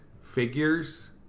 figures